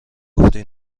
گفتی